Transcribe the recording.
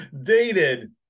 Dated